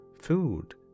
food